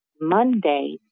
Monday